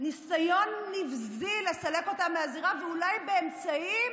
ניסיון נבזי לסלק אותם מהזירה ואולי באמצעים